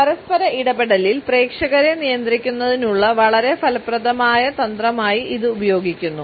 പരസ്പര ഇടപെടലിൽ പ്രേക്ഷകരെ നിയന്ത്രിക്കുന്നതിനുള്ള വളരെ ഫലപ്രദമായ തന്ത്രമായി ഇത് ഉപയോഗിക്കുന്നു